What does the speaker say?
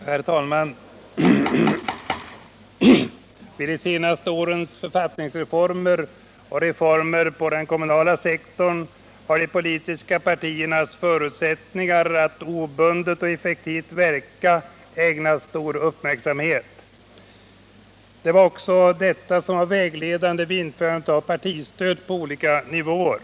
Herr talman! Vid de senaste årens författningsreformer och reformer inom den kommunala sektorn har de politiska partiernas förutsättningar att obundet och effektivt verka ägnats stor uppmärksamhet. Detta var också vägledande vid införandet av partistöd på olika nivåer.